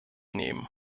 nehmen